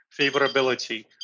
favorability